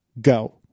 Go